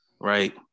right